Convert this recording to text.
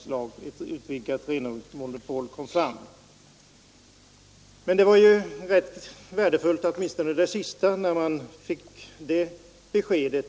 Slutligen var i varje fall det sista besked som jordbruksministern lämnade ganska värdefullt, alltså